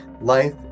life